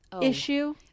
issue